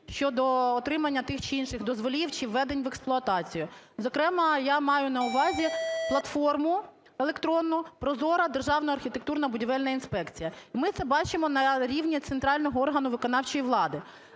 щодо отримання тих чи інших дозволів чи введень в експлуатацію. Зокрема я маю на увазі платформу електронну "Прозора Державна архітектурна будівельна інспекція", і ми це бачимо на рівні центрального органу виконавчої влади.